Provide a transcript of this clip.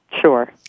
Sure